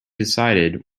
decided